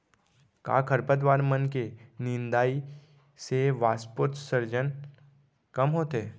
का खरपतवार मन के निंदाई से वाष्पोत्सर्जन कम होथे?